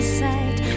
side